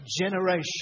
generation